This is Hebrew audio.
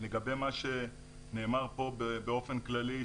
לגבי מה שנאמר פה באופן כללי,